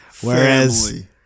Whereas